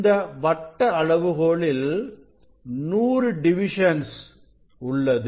இந்த வட்ட அளவுகோலில் 100 டிவிஷன்ஸ் உள்ளது